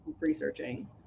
researching